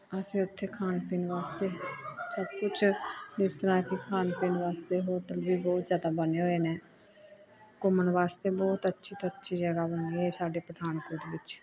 ਅਸੀਂ ਉੱਥੇ ਖਾਣ ਪੀਣ ਵਾਸਤੇ ਸਭ ਕੁਛ ਜਿਸ ਤਰ੍ਹਾਂ ਕਿ ਖਾਣ ਪੀਣ ਵਾਸਤੇ ਹੋਟਲ ਵੀ ਬਹੁਤ ਜ਼ਿਆਦਾ ਬਣੇ ਹੋਏ ਨੇ ਘੁੰਮਣ ਵਾਸਤੇ ਬਹੁਤ ਅੱਛੀ ਤੋਂ ਅੱਛੀ ਜਗ੍ਹਾ ਬਣੀ ਹੋਈ ਸਾਡੇ ਪਠਾਨਕੋਟ ਵਿੱਚ